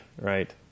Right